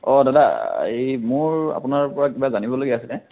দাদা এই মোৰ আপোনাৰ পৰা কিবা জানিব লগা আছিলে